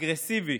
אגרסיבי